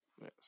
Yes